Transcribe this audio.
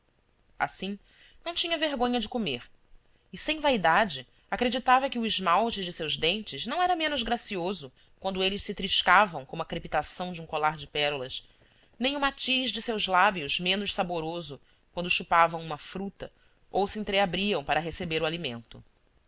assim não tinha vergonha de comer e sem vaidade acreditava que o esmalte de seus dentes não era menos gracioso quando eles se triscavam como a crepitação de um colar de pérolas nem o matiz de seus lábios menos saboroso quando chupavam uma fruta ou se entreabriam para receber o alimento